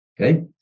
okay